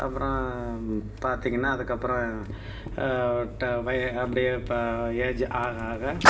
அப்புறம் பார்த்திங்கன்னா அதுக்கப்புறம் ட வய அப்படியே இப்போ ஏஜ் ஆக ஆக